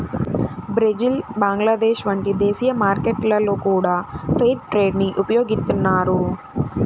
Brazil Bangladesh వంటి దేశీయ మార్కెట్లలో గూడా ఫెయిర్ ట్రేడ్ ని ఉపయోగిత్తన్నారు